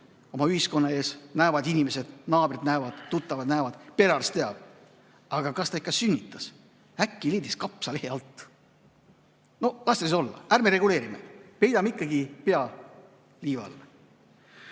oma ühiskonna ees, inimesed näevad, naabrid näevad, tuttavad näevad, perearst teab. Aga kas ta ikka sünnitas? Äkki leidis lapse kapsalehe alt? No las ta siis olla, ärme reguleerime, peidame ikkagi pea liiva